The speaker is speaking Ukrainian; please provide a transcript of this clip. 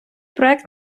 проект